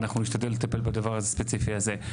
ואנחנו נשתדל לטפל בדבר הספציפי הזה.